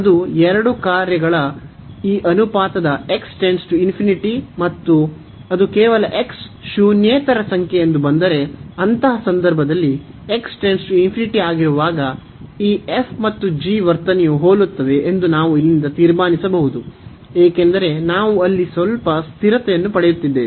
ಅದು ಎರಡು ಕಾರ್ಯಗಳ ಈ ಅನುಪಾತದ ಮತ್ತು ಅದು ಕೇವಲ ಶೂನ್ಯೇತರ ಸಂಖ್ಯೆ ಎಂದು ಬಂದರೆ ಅಂತಹ ಸಂದರ್ಭದಲ್ಲಿ ಆಗಿರುವಾಗ ಈ f ಮತ್ತು g ನ ವರ್ತನೆಯು ಹೋಲುತ್ತದೆ ಎಂದು ನಾವು ಇಲ್ಲಿಂದ ತೀರ್ಮಾನಿಸಬಹುದು ಏಕೆಂದರೆ ನಾವು ಅಲ್ಲಿ ಸ್ವಲ್ಪ ಸ್ಥಿರತೆಯನ್ನು ಪಡೆಯುತ್ತಿದ್ದೇವೆ